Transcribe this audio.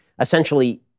essentially